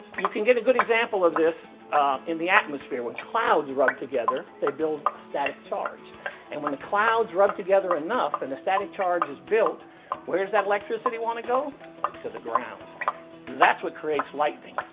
you can get a good example of this in the atmosphere with clouds rub together they build a static charge and when the clouds rub together enough and the static charge is built where's that electricity want to go to the ground that's what creates lighting.